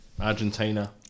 Argentina